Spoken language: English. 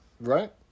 right